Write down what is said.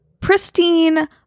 pristine